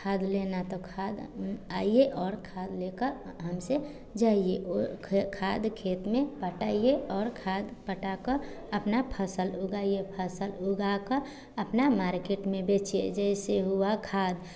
खाद लेना तो खाद आइए और खाद लेकर हमसे जाइए और ख खाद खेत में पटाइए और खाद पटाकर अपना फ़सल उगाइए फ़सल उगाकर अपना मार्केट में बेचीए जैसे हुआ खाद